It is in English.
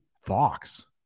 fox